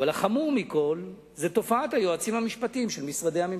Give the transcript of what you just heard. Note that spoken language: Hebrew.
אבל החמור מכול זה תופעת היועצים המשפטיים של משרדי הממשלה.